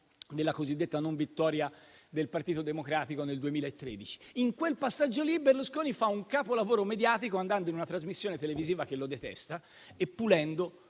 della cosiddetta non vittoria del Partito Democratico nel 2013. In quel passaggio lì, Berlusconi fa un capolavoro mediatico, andando in una trasmissione televisiva che lo detesta e pulendo